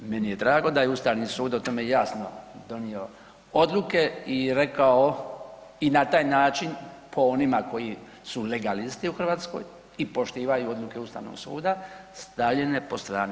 Meni je drago da je ustavni sud o tome jasno donio odluke i rekao i na taj način po onima koji su legalisti u Hrvatskoj i poštivaju odluke ustavnog suda stavljene po strani.